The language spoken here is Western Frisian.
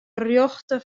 rjochte